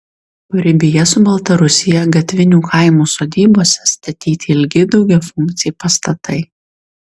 paribyje su baltarusija gatvinių kaimų sodybose statyti ilgi daugiafunkciai pastatai